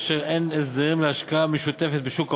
אשר הן הסדרים להשקעה משותפת בשוק ההון,